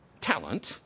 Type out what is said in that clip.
talent